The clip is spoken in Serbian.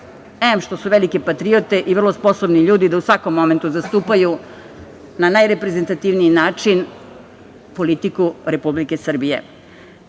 em što su velike patriote i vrlo sposobni ljudi i da u svakom momentu zastupaju na najreprezentativniji način politiku Republike Srbije. Moram